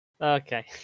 Okay